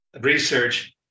research